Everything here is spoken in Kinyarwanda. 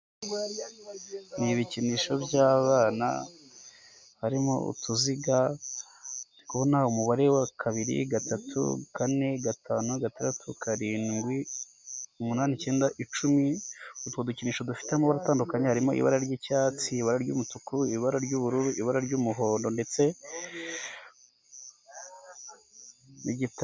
Nibikinisho by'abana harimo utuziga tubona umubare wa kabiri gatatu kane gatanu gatandatu karindwi umunani icyenda icumi ,utwo dukinisho dufite amabara atandukanye harimo ibara ry'icyatsi ibara ry'umutuku ibara ry'ubururu ibara ry'umuhondo ndetse n'igitaka.